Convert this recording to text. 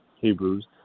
Hebrews